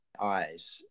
eyes